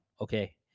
Okay